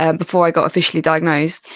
and before i got officially diagnosed.